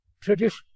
tradition